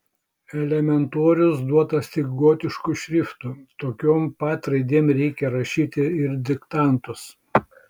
elementorius duotas tik gotišku šriftu tokiom pat raidėm reikia rašyti ir diktantus